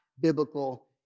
biblical